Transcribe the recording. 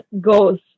goes